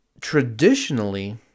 traditionally